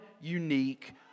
unique